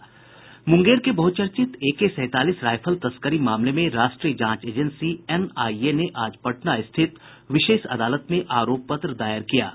मुंगेर के बहुचर्चित एके सैंतालीस राइफल तस्करी मामले में राष्ट्रीय जांच एजेंसी एनआईए ने आज पटना स्थित विशेष अदालत में आरोप पत्र दायर किया है